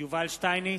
יובל שטייניץ,